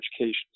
education